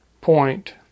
point